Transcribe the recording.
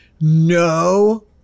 No